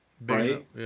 right